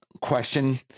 question